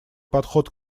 подход